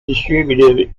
distributed